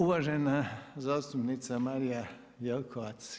Uvažena zastupnica Marija Jelkovac.